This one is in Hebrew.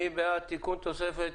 מי בעד התיקון לתוספת?